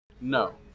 No